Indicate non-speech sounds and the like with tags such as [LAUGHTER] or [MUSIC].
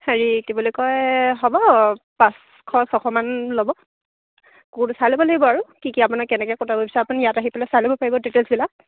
হেৰি কি বুলি কয় হ'ব পাঁচশ ছশ মান ল'ব কুকুৰটো চাই ল'ব লাগিব আৰু কি কি আপোনাক কেনেকে [UNINTELLIGIBLE] আপুনি ইয়াত আহি [UNINTELLIGIBLE] পাৰিব ডিটেইলছবিলাক